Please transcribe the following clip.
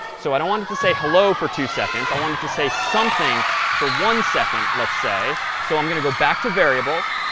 so i don't want it to say hello for two seconds. i want it to say something for one second, let's say. so i'm going to go back to variables.